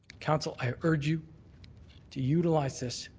council, i urge you to utilize this,